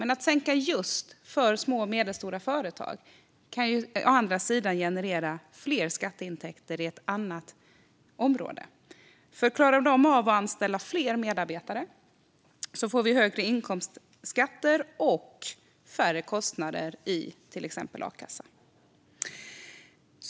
Men att sänka just för små och medelstora företag kan å andra sidan generera fler skatteintäkter i ett annat område. Klarar de av att anställa fler medarbetare får vi högre inkomstskatter och färre kostnader i till exempel a-kassan.